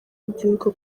urubyiruko